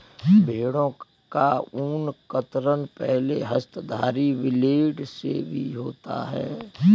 भेड़ों का ऊन कतरन पहले हस्तधारी ब्लेड से भी होता है